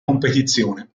competizione